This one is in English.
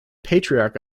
patriarch